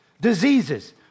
Diseases